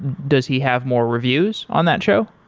does he have more reviews on that show?